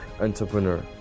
entrepreneur